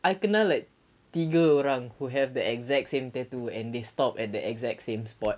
I kena like tiga orang who have the exact same tattoo and they stop at the exact same spot